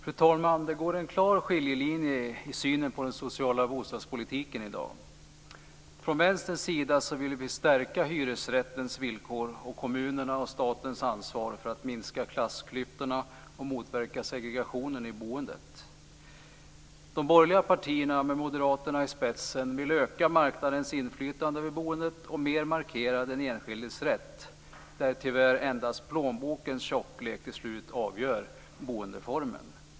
Fru talman! Det finns en klar skiljelinje i synen på den sociala bostadspolitiken i dag. Från Vänsterns sida vill vi stärka hyresrättens villkor och kommunernas och statens ansvar för att minska klassklyftorna och motverka segregationen i boendet. De borgerliga partierna, med moderaterna i spetsen, vill öka marknadens inflytande över boendet och mer markera den enskildes rätt, där tyvärr endast plånbokens tjocklek till slut avgör boendeformen.